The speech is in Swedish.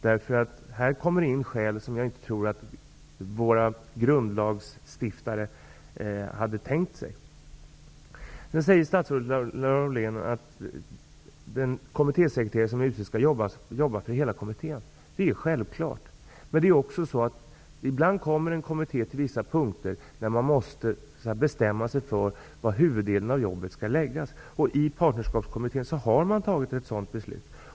Här kommer det nämligen in skäl som jag inte tror att våra grundlagsstifare hade förutsett. Vidare säger statsrådet Laurén att den kommittésekreterare som utses skall arbeta för hela kommittén. Det är självklart. Men ibland hamnar en kommitté i det läge då den måste bestämma sig för var tyngdpunkten av arbetet skall ligga. I partnerskapskommittén har man fattat ett sådant beslut.